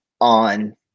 on